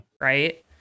Right